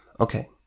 Okay